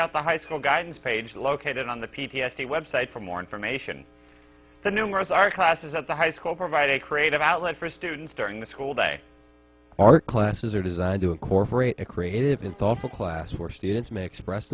out the high school guidance page located on the p t s d website for more information the numerous art classes at the high school provide a creative outlet for students during the school day art classes are designed to incorporate a creative and thoughtful class where students m